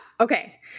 Okay